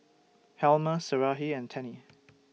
Helmer Sarahi and Tennie